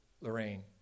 Lorraine